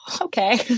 okay